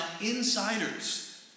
insiders